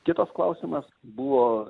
kitas klausimas buvo